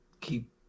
keep